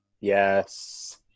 Yes